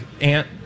Aunt